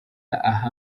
aha